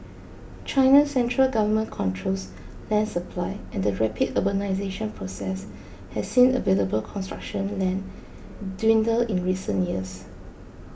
China's central government controls land supply and the rapid urbanisation process has seen available construction land dwindle in recent years